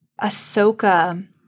Ahsoka